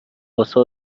واسه